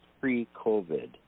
pre-COVID